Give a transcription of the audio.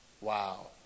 wow